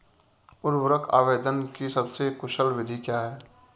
उर्वरक आवेदन की सबसे कुशल विधि क्या है?